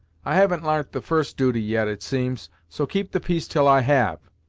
i haven't l'arnt the first duty yet, it seems so keep the piece till i have.